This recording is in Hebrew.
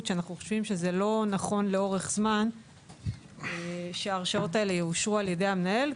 שאנחנו חושבים שזה לא נכון לאורך זמן שההרשאות האלה יאושרו על ידי המנהל.